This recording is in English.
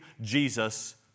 Jesus